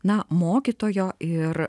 na mokytojo ir